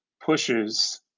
pushes